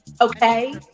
Okay